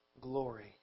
Glory